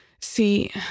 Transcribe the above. See